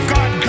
God